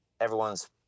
everyone's